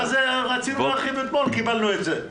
אז רצינו להרחיב אתמול וקיבלנו את זה,